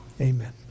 amen